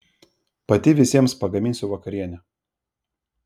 pati visiems pagaminsiu vakarienę